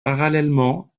parallèlement